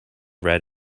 red